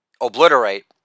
obliterate